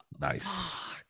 Nice